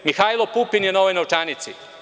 Mihajlo Pupin je na ovoj novčanici.